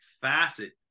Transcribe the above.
facet